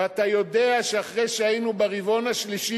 ואתה יודע שאחרי שהיינו ברבעון השלישי